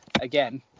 again